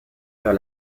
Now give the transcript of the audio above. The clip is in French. vers